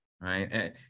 Right